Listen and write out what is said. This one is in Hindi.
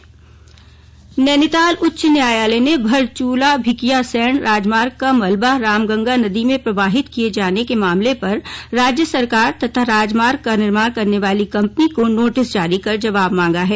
जवाब नैनीताल उच्च न्यायालय ने मरचूला भिकियासैंण राजमार्ग का मलबा रामगंगा नदी में प्रवाहित किये जाने के मामले पर राज्य सरकार तथा राजमार्ग का निर्माण करने वाली कंपनी को नोटिस जारी कर जवाब मांगा है